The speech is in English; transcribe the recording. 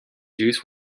juice